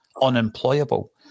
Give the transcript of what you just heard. unemployable